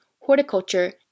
horticulture